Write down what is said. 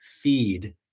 feed